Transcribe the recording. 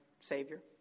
savior